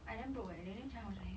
I damn broke eh despite my trying